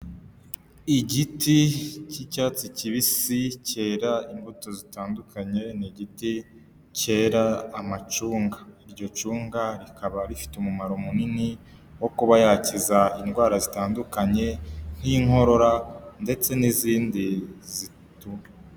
Igiti cy'icyatsi kibisi cyera imbuto zitandukanye, ni igiti cyera amacunga iryo cunga. Rikaba rifite umumaro munini wo kuba yakiza indwara zitandukanye nk'inkorora ndetse n'izindi zituma...